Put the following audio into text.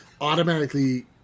automatically